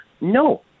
No